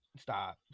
Stop